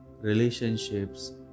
relationships